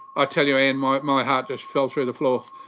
ah tell you ann my, my heart just fell through the floor.